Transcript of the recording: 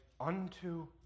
unto